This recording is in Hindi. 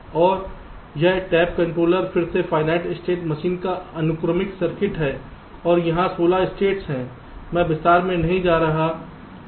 और यह टैब कंट्रोलर फिर से फाइनाइट स्टेट मशीन का अनुक्रमिक सर्किट है और यहां16 स्टेट हैं मैं विस्तार में नहीं जा रहा हूं